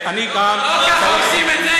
לא, לא ככה עושים את זה.